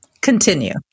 Continue